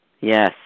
Yes